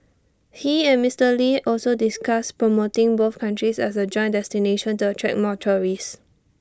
he and Mister lee also discussed promoting both countries as A joint destination to attract more tourists